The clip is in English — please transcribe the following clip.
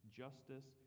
justice